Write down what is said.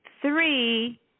three